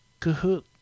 Kahoot